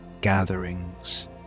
gatherings